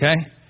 okay